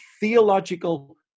theological